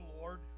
lord